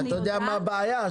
אתה יודע מה הבעיה?